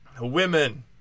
women